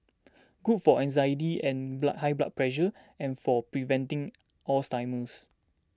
good for anxiety and blood high blood pressure and for preventing Alzheimer's